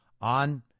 on